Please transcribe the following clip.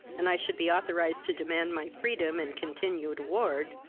and i should be authorised to demand my freedom and continued award,